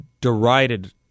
derided